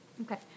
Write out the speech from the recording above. Okay